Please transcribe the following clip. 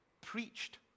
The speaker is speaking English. preached